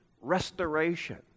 restoration